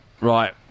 Right